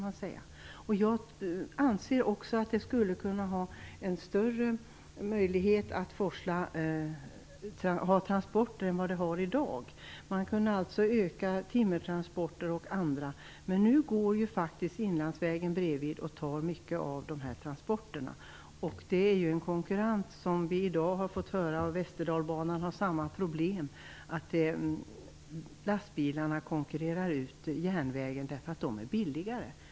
Jag anser också att Inlandsbanan skulle ges större möjligheter till godstransporter än vad den har i dag. Man skulle kunna klara av mer timmertransporter och annat. Men nu går ju inlandsvägen bredvid och tar mycket av dessa transporter. Vi har i dag fått höra att Västerdalbanan har samma problem. Lastbilarna konkurrerar ut järnvägen, därför att lastbilstransporterna är billigare.